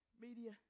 Media